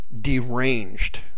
deranged